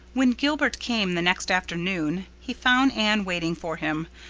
when gilbert came the next afternoon he found anne waiting for him,